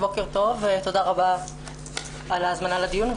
בוקר טוב ותודה רבה על ההזמנה לדיון.